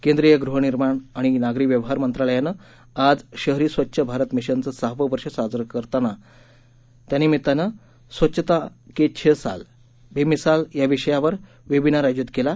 केंद्रीय गृहनिर्माण आणि नागरी व्यवहार मंत्रालयानं आज शहरी स्वच्छ भारत मिशनचं सहाव वर्ष साजर केलं त्यानिमित स्वच्छता के छह साल बेमिसाल याविषयावर वेबिनार आयोजित केलं